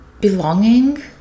belonging